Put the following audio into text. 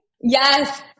Yes